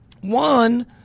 One